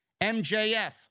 MJF